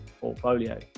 portfolio